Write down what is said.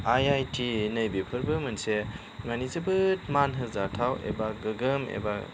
I I T नै बेफोरबो मोनसे माने जोबोद मान होजाथाव एबा गोगोम एबा